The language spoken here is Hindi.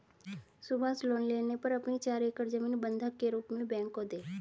सुभाष लोन लेने पर अपनी चार एकड़ जमीन बंधक के रूप में बैंक को दें